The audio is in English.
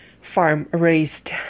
farm-raised